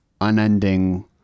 unending